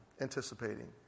anticipating